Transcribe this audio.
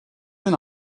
mynd